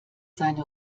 seine